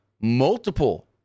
multiple